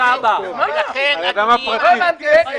תגלה אמפתיה למצוקת משפחות שהבתים שלהם נהרסים.